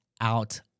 out